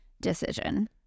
decision